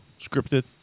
scripted